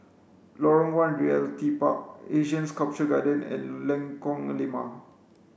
Lorong One Realty Park Asian Sculpture Garden and Lengkong Lima